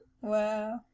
Wow